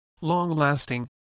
long-lasting